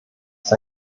ist